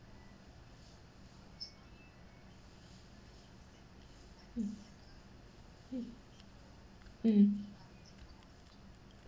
mm mm mm